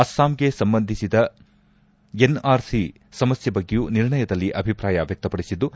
ಅಸ್ಲಾಂಗೆ ಸಂಬಂಧಿಸಿದ ಎನ್ಆರ್ಸಿ ಸಮಸ್ಥೆ ಬಗ್ಗೆಯೂ ನಿರ್ಣಯದಲ್ಲಿ ಅಭಿಪ್ರಾಯ ವಕ್ತಪಡಿಸಿದ್ದು